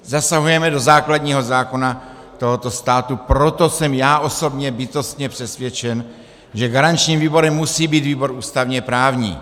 Zasahujeme do základního zákona tohoto státu, proto jsem já osobně bytostně přesvědčen, že garančním výborem musí být výbor ústavněprávní.